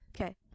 Okay